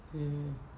mm